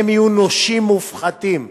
הם יהיו נושים מופחתים.